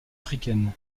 africaines